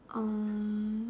uh